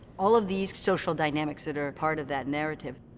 all of these social dynamics that are part of that narrative,